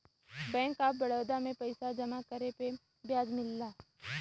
bank of Baroda में पइसा जमा करे पे ब्याज मिलला